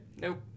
Nope